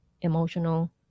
emotional